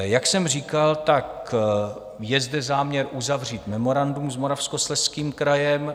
Jak jsem říkal, je zde záměr uzavřít memorandum s Moravskoslezským krajem.